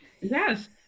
Yes